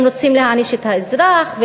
אם רוצים להעניש את האזרח,